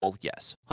Yes